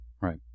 Right